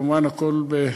מובן שהכול,